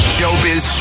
Showbiz